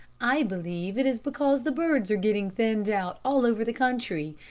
i believe it is because the birds are getting thinned out all over the country.